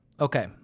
Okay